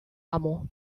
amo